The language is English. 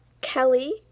Kelly